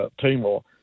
Timor